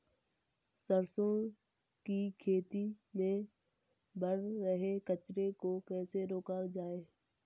सरसों की खेती में बढ़ रहे कचरे को कैसे रोका जाए?